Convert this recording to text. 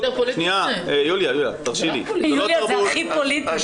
יוליה, זה הכי פוליטי.